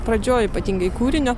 pradžioj ypatingai kūrinio